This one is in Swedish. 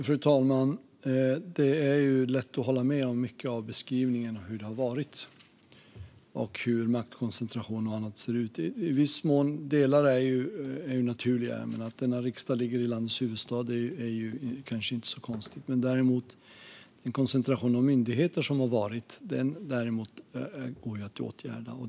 Fru talman! Det är lätt att hålla med om mycket av beskrivningen av hur det har varit och, i viss mån, av hur maktkoncentration och annat ser ut. Delar av det är naturliga; att denna riksdag ligger i landets huvudstad är kanske inte så konstigt. Den koncentration av myndigheter som har varit går däremot att åtgärda.